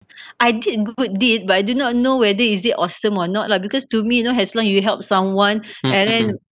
I did a good deed but I do not know whether is it awesome or not lah because to me you know as long you help someone and then